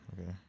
okay